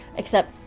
except.